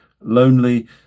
lonely